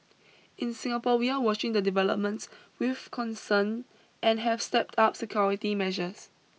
in Singapore we are watching the developments with concern and have stepped up security measures